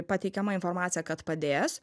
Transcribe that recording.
pateikiama informacija kad padės